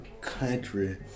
country